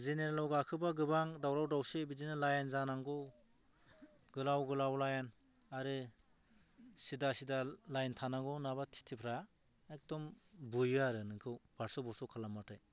जेनेरेलाव गाखोबा गोबां दावराव दावसि बिदिनो लाइन जानांगौ गोलाव गोलाव लाइन आरो सिदा सिदा लाइन थानांगौ नङाबा टिटिफ्रा इकदम बुयो आरो नोंखौ बारस' बुरस' खालामबाथाय